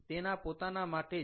તેના પોતાના માટે જ